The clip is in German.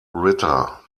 ritter